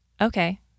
Okay